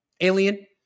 Alien